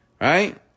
right